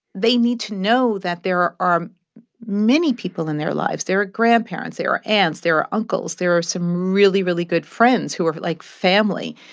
they need to know that there are are many people in their lives. there are grandparents. there are aunts. there are uncles. there are some really, really good friends who are like family.